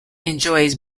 enjoys